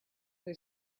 they